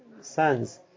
sons